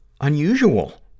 unusual